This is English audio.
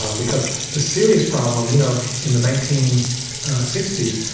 um because the serious problem you know in the nineteen sixty s,